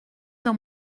dans